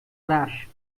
trash